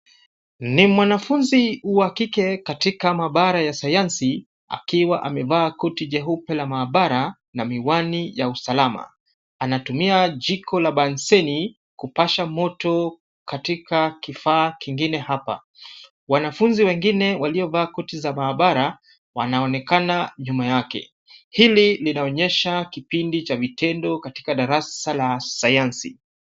Ni mwanafunzi wa kike katika maabara ya sayansi akiwa amevaa koti jeupe la maabara na miwani ya usalama. Anatumia jiko la banseni kupasha moto katika kifaa kingine hapa. Wanafunzi wengine waliovaa koti za maabara, wanaonekana nyuma yake. Hili linaonyesha kipindi cha vitendo katika darasa la sayansi.